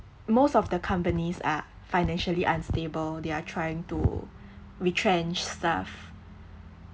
most of the companies are financially unstable they're trying to retrench staff